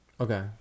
Okay